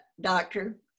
doctor